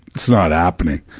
it's not happening.